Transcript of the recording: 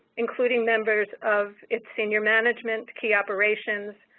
including members of its senior management, key operations,